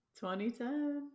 2010